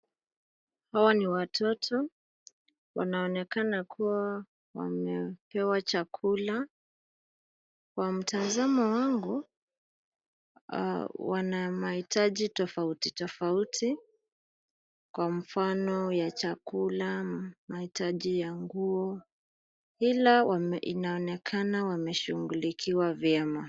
Hawa ni watoto, wanaonekana kuwa wamepewa chakula. Kwa mtazamo wangu, wana mahitaji tofauti tofauti. Kwa mfano ya chakula, mahitaji ya nguo ila inaonekana wameshughulikiwa vyema.